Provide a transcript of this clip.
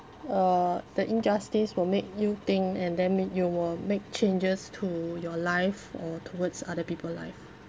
uh the injustice will make you think and then make you will make changes to your life or towards other people life